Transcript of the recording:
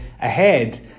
ahead